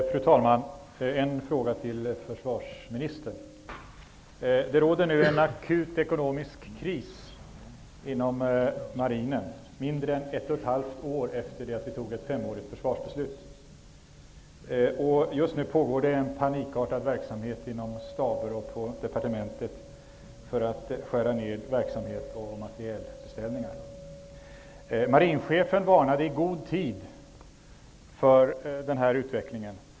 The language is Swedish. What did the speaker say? Fru talman! Jag har en fråga till försvarsministern. Det råder nu en akut ekonomisk kris inom marinen, mindre än ett och ett halvt år efter det att vi fattade ett femårigt försvarsbeslut. Just nu pågår en panikartad verksamhet inom staber och på departementet för att skära ned verksamhet och materielbeställningar. Marinchefen varnade i god tid för den här utvecklingen.